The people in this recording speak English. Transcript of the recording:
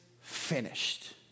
finished